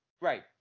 Right